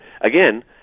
again